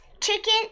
chicken